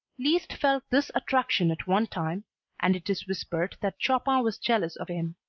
liszt felt this attraction at one time and it is whispered that chopin was jealous of him.